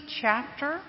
chapter